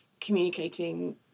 communicating